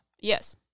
Yes